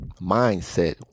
mindset